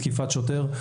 תקיפת שוטר.